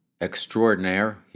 extraordinaire